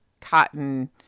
cotton